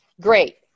great